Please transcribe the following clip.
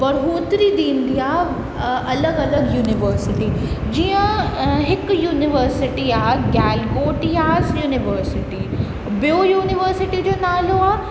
बढ़ोतरी ॾींदी आहे अलॻि अलॻि यूनिवर्सिटी जीअं हिकु यूनिवर्सिटी आहे गैलगोटियास यूनिवर्सिटी ॿियो यूनिवर्सिटी जो नालो आहे